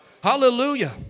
Hallelujah